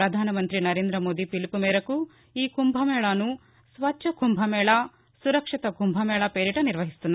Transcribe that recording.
పధాన మంత్రి నరేందమోదీ పిలుపు మేరకు ఈ కుంభమేళాను స్వచ్చ కుంభమేళా సురక్షిత కుంభమేళా పేరిట నిర్వహిస్తున్నారు